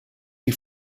die